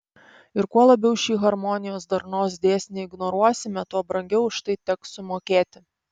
ir kuo labiau šį harmonijos darnos dėsnį ignoruosime tuo brangiau už tai teks sumokėti